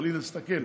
אבל הינה, תסתכל: